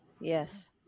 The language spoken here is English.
Yes